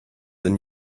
and